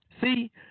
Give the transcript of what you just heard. See